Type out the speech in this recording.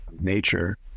nature